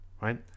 right